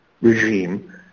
regime